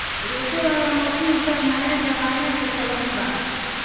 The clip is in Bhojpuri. रोपे वाला मशीन सब नया जमाना के चलन बा